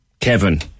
Kevin